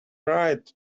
right